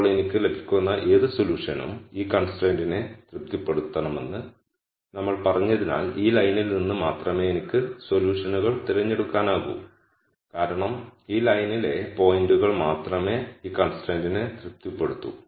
ഇപ്പോൾ എനിക്ക് ലഭിക്കുന്ന ഏത് സൊല്യൂഷനും ഈ കൺസ്ട്രയ്ന്റിനെ തൃപ്തിപ്പെടുത്തണമെന്ന് നമ്മൾ പറഞ്ഞതിനാൽ ഈ ലൈനിൽ നിന്ന് മാത്രമേ എനിക്ക് സൊല്യൂഷനുകൾ തിരഞ്ഞെടുക്കാനാകൂ കാരണം ഈ ലൈനിലെ പോയിന്റുകൾ മാത്രമേ ഈ കൺസ്ട്രയ്ന്റിനെ തൃപ്തിപ്പെടുത്തൂ